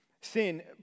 Sin